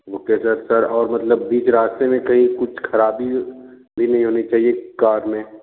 okay sir sir और मतलब बीच रास्ते में कहीं कुछ खराबी भी नहीं होनी चाहिए कार में